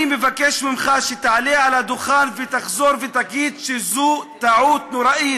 אני מבקש ממך שתעלה על הדוכן ותחזור ותגיד שזו טעות נוראית.